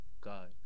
God